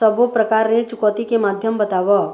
सब्बो प्रकार ऋण चुकौती के माध्यम बताव?